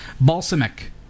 Balsamic